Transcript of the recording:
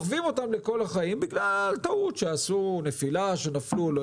בגלל טעות שעשו או נפילה שנפלו.